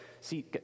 See